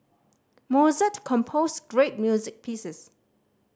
Mozart composed great music pieces